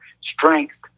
strength